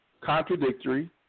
contradictory